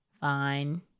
Fine